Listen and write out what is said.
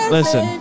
listen